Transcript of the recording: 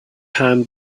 hand